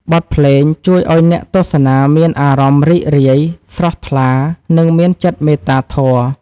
បទភ្លេងជួយឱ្យអ្នកទស្សនាមានអារម្មណ៍រីករាយ ស្រស់ថ្លា និងមានចិត្តមេត្តាធម៌។